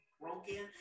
broken